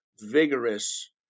vigorous